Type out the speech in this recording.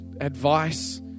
advice